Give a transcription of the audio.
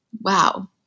wow